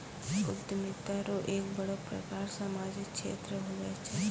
उद्यमिता रो एक बड़ो प्रकार सामाजिक क्षेत्र हुये छै